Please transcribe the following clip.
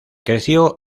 creció